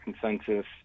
consensus